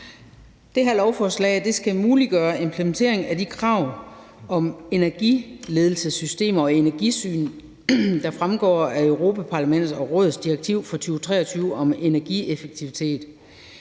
Det her lovforslag skal muliggøre implementeringen af de krav om energiledelsessystemer og energisyn, der fremgår af Europa-Parlamentets og Rådets direktiv fra 2023 om energieffektivitet.